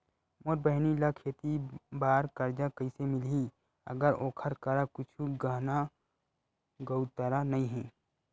मोर बहिनी ला खेती बार कर्जा कइसे मिलहि, अगर ओकर करा कुछु गहना गउतरा नइ हे?